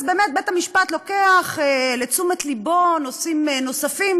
אז באמת בית-המשפט לוקח לתשומת לבו נושאים נוספים,